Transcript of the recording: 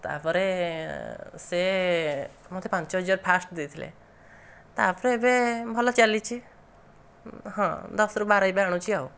ତାପରେ ସେ ମୋତେ ପାଞ୍ଚ ହଜାର ଫାଷ୍ଟ ଦେଇଥିଲେ ତା ପରେ ଏବେ ଭଲ ଚାଲିଛି ହଁ ଦଶରୁ ବାର ଏବେ ଆଣୁଛି ଆଉ